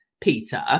Peter